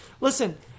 Listen